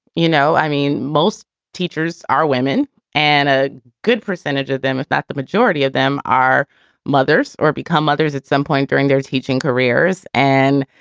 you know, i mean, most teachers are women and a good percentage of them, if that the majority of them are mothers or become mothers at some point during their teaching careers. and,